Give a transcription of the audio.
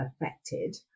affected